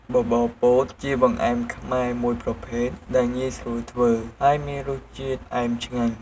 បបរពោតជាបង្អែមខ្មែរមួយប្រភេទដែលងាយស្រួលធ្វើ ហើយមានរសជាតិផ្អែមឆ្ងាញ់។